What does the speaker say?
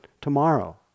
tomorrow